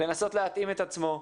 לנסות להתאים את עצמו,